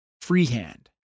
freehand